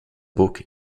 book